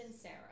Sarah